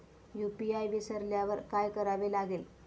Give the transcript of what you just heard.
UPI विसरल्यावर काय करावे लागेल?